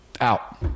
Out